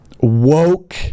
woke